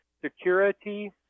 security